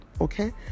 okay